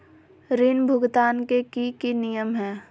ऋण भुगतान के की की नियम है?